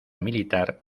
militar